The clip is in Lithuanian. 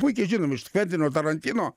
puikiai žinom iš kventino tarantino